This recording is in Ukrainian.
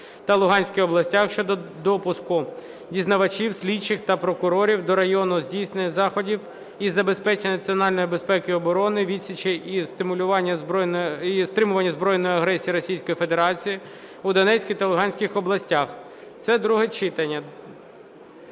та Луганській областях" щодо допуску дізнавачів, слідчих та прокурорів до району здійснення заходів із забезпечення національної безпеки і оборони, відсічі і стримування збройної агресії Російської Федерації у Донецькій та Луганській областях. Це друге читання.